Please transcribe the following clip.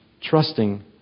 trusting